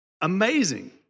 Amazing